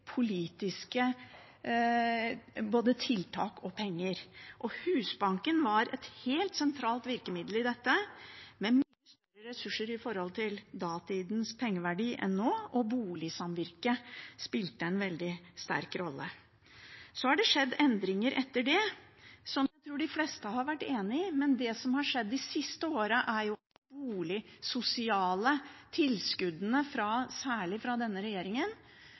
politiske både tiltak og penger. Husbanken var et helt sentralt virkemiddel i dette, med mye større ressurser i forhold til datidas pengeverdi enn nå, og boligsamvirket spilte en veldig stor rolle. Så har det skjedd endringer etter det som jeg tror de fleste har vært enig i, men det som har skjedd de siste årene, er at de boligsosiale tilskuddene, særlig fra denne regjeringen,